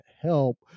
help